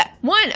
One